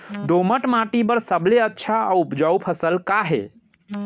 दोमट माटी बर सबले अच्छा अऊ उपजाऊ फसल का हे?